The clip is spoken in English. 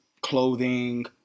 clothing